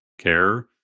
care